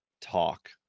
talk